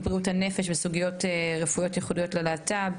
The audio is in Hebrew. לבריאות הנפש ולסוגיות רפואיות ייחודיות ללהט״ב.